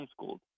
homeschooled